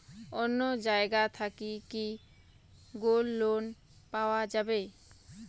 অন্য জায়গা থাকি কি গোল্ড লোন পাওয়া যাবে?